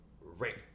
rape